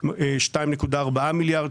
יש בו אמירה